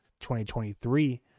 2023